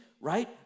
right